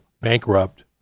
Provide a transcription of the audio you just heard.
bankrupt